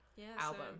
album